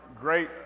great